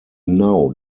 now